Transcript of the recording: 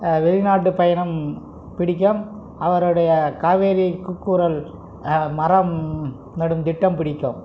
வெளிநாட்டு பயணம் பிடிக்கும் அவருடைய காவேரி கூக்குரல் மரம் நடும் திட்டம் பிடிக்கும்